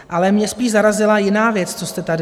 Ale mě spíš zarazila jiná věc, co jste tady řekl.